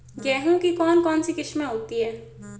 गेहूँ की कौन कौनसी किस्में होती है?